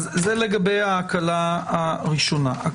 זה לגבי ההקלה הראשונה.